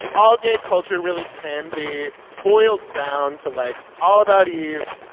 all gay culture really can be boiled down to, like, all about eve,